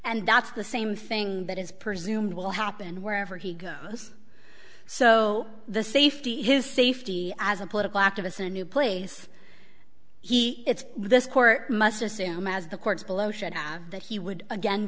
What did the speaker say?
and that's the same thing that is presumed will happen wherever he goes so the safety his safety as a political activists a new place he it's this court must assume as the courts below should have that he would again